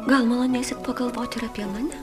gal malonėsit pagalvot ir apie mane